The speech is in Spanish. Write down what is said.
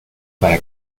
para